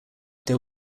there